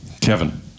Kevin